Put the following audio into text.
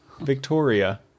Victoria